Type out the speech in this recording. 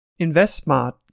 InvestSmart